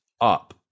up